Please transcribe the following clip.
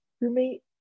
roommate